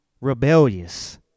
rebellious